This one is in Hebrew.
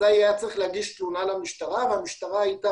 אז היה צריך להגיש תלונה למשטרה והמשטרה הייתה